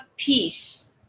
peace